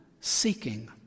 seeking